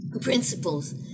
principles